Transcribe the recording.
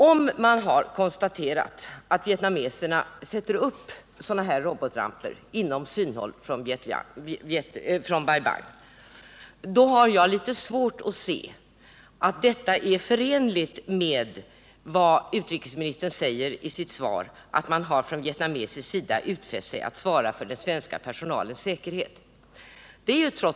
Om det är konstaterat att vietnameserna sätter upp robotramper inom synhåll från Bai Bang, då har jag litet svårt att finna det förenligt med utrikesministerns svar, nämligen att man från vietnamesisk sida har utfäst sig att svara för den svenska personalens säkerhet.